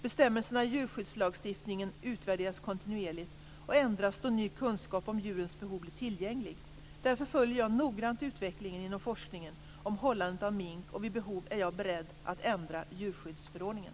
Bestämmelserna i djurskyddslagstiftningen utvärderas kontinuerligt och ändras då ny kunskap om djurens behov blir tillgänglig. Därför följer jag noggrant utvecklingen inom forskningen om hållande av mink, och vid behov är jag beredd att ändra djurskyddsförordningen.